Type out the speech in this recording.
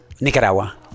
Nicaragua